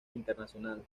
internacional